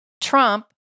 Trump